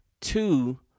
Two